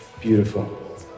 beautiful